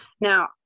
Now